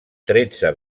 tretze